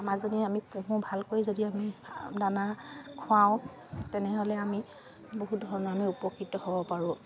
আমি পোহোঁ ভালকৈ যদি আমি দানা খুৱাওঁ তেনেহ'লে আমি বহুত ধৰণৰ আমি উপকৃত হ'ব পাৰোঁ